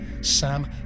Sam